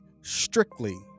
strictly